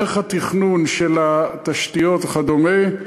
דרך התכנון של התשתיות וכדומה,